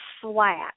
flat